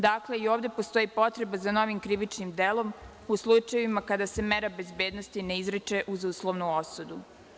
Dakle, i ovde postoji potreba za novim krivičnim delom u slučajevima kada se mera bezbednosti ne izriče uz uslovnu osudu.